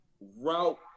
route